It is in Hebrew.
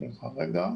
סליחה רגע.